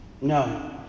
No